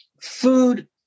food